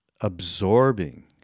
absorbing